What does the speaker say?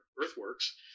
earthworks